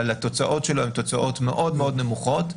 אבל התוצאות שלו הן תוצאות מאוד מאוד נמוכות.